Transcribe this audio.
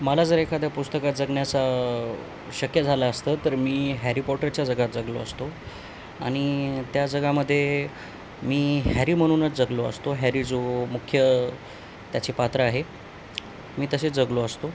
मला जर एखाद्या पुस्तकात जगण्याचा शक्य झाला असतं तर मी हॅरी पॉटरच्या जगात जगलो असतो आणि त्या जगामध्ये मी हॅरी म्हणूनच जगलो असतो हॅरी जो मुख्य त्याची पात्र आहे मी तसेच जगलो असतो